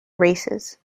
races